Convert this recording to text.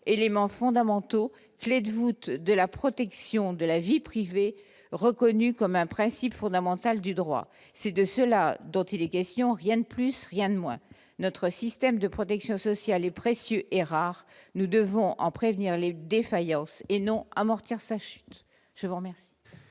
éléments fondamentaux, clé de voûte de la protection de la vie privée, reconnue comme un principe fondamental du droit, c'est de cela dont il est question, rien de plus, rien de moins, notre système de protection sociale et précieux et rare, nous devons en prévenir les défaillances et non amortir sa chute, je vous remercie.